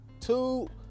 two